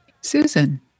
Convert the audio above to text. Susan